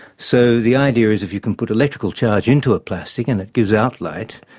so the idea is if you can put electrical charge into a plastic and it gives out light,